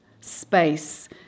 space